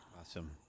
awesome